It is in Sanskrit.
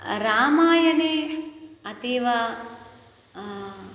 रामायणे अतीव